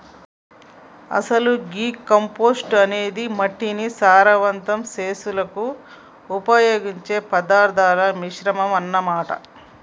అసలు గీ కంపోస్టు అనేది మట్టిని సారవంతం సెసులుకు ఉపయోగించే పదార్థాల మిశ్రమం అన్న మాట